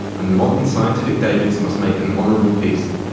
and modern scientific davids must make an honourable peace.